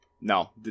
No